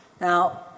now